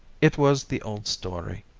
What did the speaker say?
it was the old story.